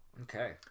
Okay